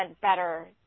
better